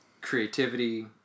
creativity